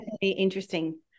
Interesting